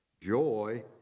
Joy